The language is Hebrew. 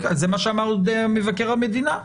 זה מה שאמר מבקר המדינה.